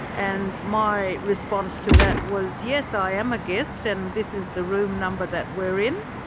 and my response to that was, yes, i am a guest and this is the room number that we're in,